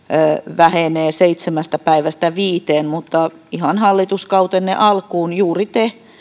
vähenee seitsemästä päivästä viiteen mutta ihan hallituskautenne alkuun juuri te